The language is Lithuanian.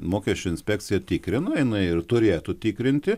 mokesčių inspekcija tikrina jinai ir turėtų tikrinti